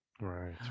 right